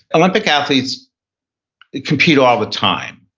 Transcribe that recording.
olympic athletes compete all the time,